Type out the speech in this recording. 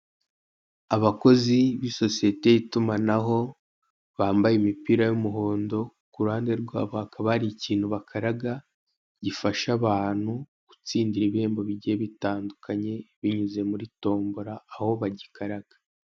Abakoz b'isosiyete y'itumanaho bambaye imipira y'umuhondo, ku ruhande rwabo hakaba hari ikintu bakaraga bagatsindira ibihembo bigiye bitandukanye binyuze muri tombora aho baigikaraga.